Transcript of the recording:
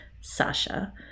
Sasha